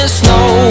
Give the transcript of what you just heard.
snow